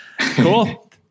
cool